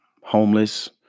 homeless